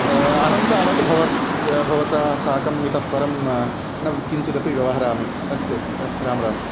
अहं तावत् भवतः भवतः साकम् इतःपरं न किञ्चिदपि व्यवहरामि अस्तु राम राम